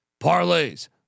parlays